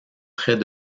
près